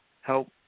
help